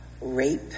rape